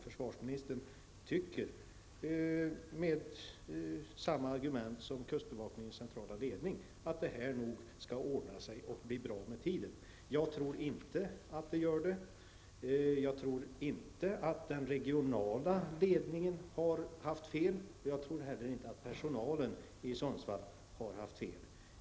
Försvarsministern tycker, med samma argument som kustbevakningens centrala ledning, att det här nog skall ordna sig och bli bra med tiden. Jag tror inte att det gör det. Jag tror inte att den regionala ledningen har haft fel. Jag tror inte heller att personalen i Sundsvall har haft fel.